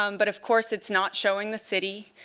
um but of course it's not showing the city.